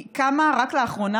היא קמה רק לאחרונה,